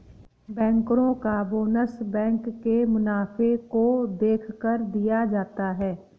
बैंकरो का bonus bank के मुनाफे को देखकर दिया जाता है